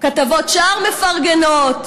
כתבות שער מפרגנות,